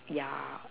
yeah